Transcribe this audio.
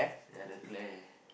ya the Claire